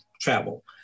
travel